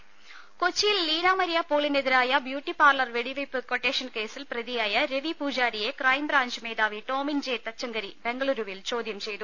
ദുദ കൊച്ചിയിൽ ലീന മരിയാപോളിനെതിരായ ബ്യൂട്ടിപാർലർ വെടിവെപ്പ് ക്വട്ടേഷൻ കേസിൽ പ്രതിയായ രവിപൂജാരിയെ ക്രൈംബ്രാഞ്ച് മേധാവി ടോമിൻ ജെ തച്ചങ്കരി ബംഗളുരുവിൽ ചോദ്യം ചെയ്തു